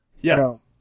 Yes